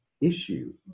issue